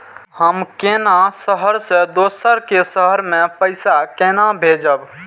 हम केना शहर से दोसर के शहर मैं पैसा केना भेजव?